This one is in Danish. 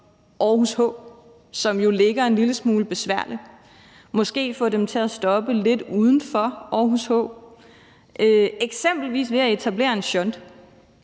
Aarhus H, som jo ligger en lille smule besværligt, og måske få dem til at stoppe lidt uden for Aarhus H, eksempelvis ved at etablere en shunt